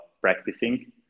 practicing